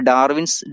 Darwin's